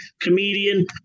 comedian